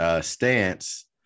stance